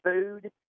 food